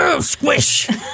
squish